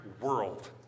world